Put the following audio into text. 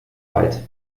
weit